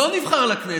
לא נבחר לכנסת.